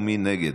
מי נגד?